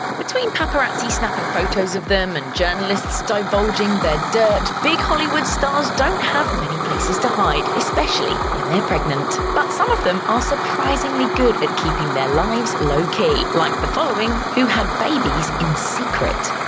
between paparazzi snapping photos of them and journalists divulging their dirt, big hollywood stars don't have many places to hide, especially when they're pregnant. but some of them are surprisingly good at keeping their lives low-key, like the following who had babies in secret.